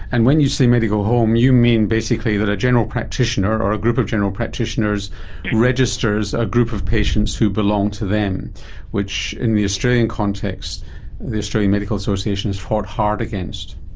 and when you say medical home you mean basically that a general practitioner or a group of general practitioners registers a group of patients who belong to them which in the australian context the australian medical association has fought hard against.